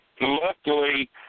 luckily